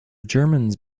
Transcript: germans